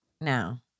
Now